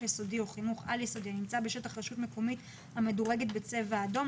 יסודי או חינוך על-יסודי הנמצא בשטח רשות מקומית המדורגת בצבע אדום,